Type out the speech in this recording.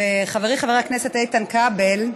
חברי חבר הכנסת איתן כבל,